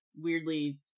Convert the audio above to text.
Weirdly